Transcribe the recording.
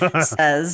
says